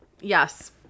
Yes